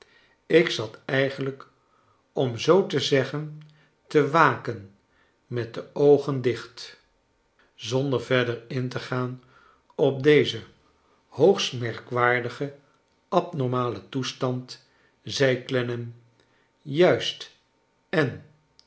ik zat eigenlijk om zoo te zeggen te waken met de oogen dicht zonder verder in te gaan op dezen hoogst merkwaardigen abnormalen toestand zei clennam juist en